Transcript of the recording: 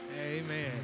Amen